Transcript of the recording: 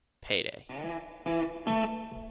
payday